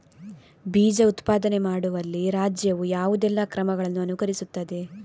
ಬೀಜ ಉತ್ಪಾದನೆ ಮಾಡುವಲ್ಲಿ ರಾಜ್ಯವು ಯಾವುದೆಲ್ಲ ಕ್ರಮಗಳನ್ನು ಅನುಕರಿಸುತ್ತದೆ?